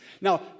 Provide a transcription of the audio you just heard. Now